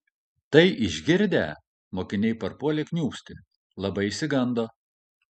tai išgirdę mokiniai parpuolė kniūpsti labai išsigando